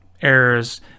errors